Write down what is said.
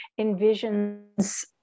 envisions